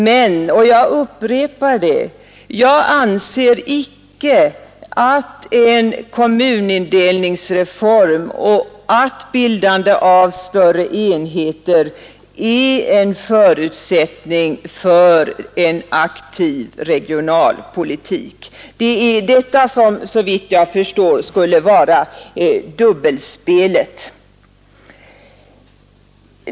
Men jag anser icke — jag upprepar det — att en kommunindelningsreform och bildandet av större enheter är en förutsättning för en aktiv regionalpolitik. Det är det som, såvitt jag förstår, skulle vara ”dubbelspelet”.